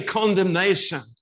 condemnation